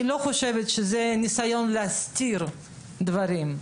אני לא חושבת שזה ניסיון להסתיר דברים.